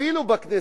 אפילו בכנסת,